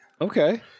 Okay